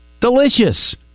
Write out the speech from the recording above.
Delicious